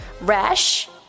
rash